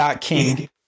King